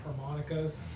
harmonicas